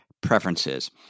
preferences